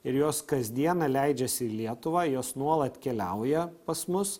ir jos kasdieną leidžiasi į lietuvą jos nuolat keliauja pas mus